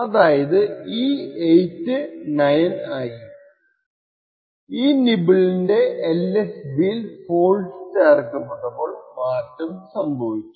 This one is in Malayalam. അതായത് ഈ 8 9 ആയി ഈ നിബ്ബ്ളിന്റെ LSB ൽ ഫോൾട്ട് ചേർക്കപ്പെട്ടപ്പോൾ മാറ്റം സംഭവിച്ചു